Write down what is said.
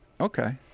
okay